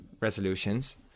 resolutions